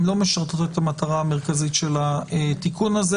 הן לא משרתות את המטרה המרכזית של התיקון הזה